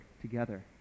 together